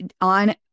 on